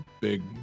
big